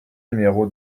numéro